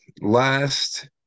Last